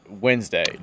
Wednesday